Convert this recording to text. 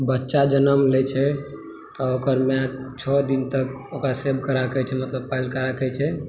बच्चा जनम लय छै तऽ ओकर माय छओ दिन तक ओकरा सेवके राखय छै मतलब पालिके राखय छै